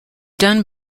done